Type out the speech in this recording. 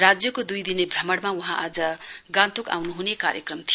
राज्यको दुईदिने भ्रमणमा वहाँ आज गान्तोक आउने हुने कार्यक्रम थियो